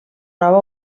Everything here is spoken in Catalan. nova